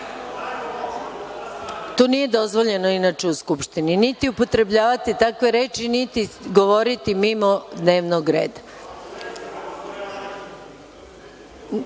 nije dozvoljeno, inače, u Skupštini, niti upotrebljavati takve reči, niti govoriti mimo dnevnog reda.